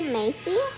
Macy